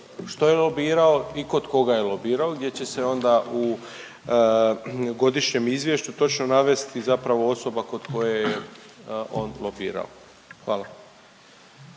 što je lobirao i kod koga je lobirao gdje će se onda u godišnjem izvješću točno navesti zapravo osoba kod koje je on lobirao. Hvala.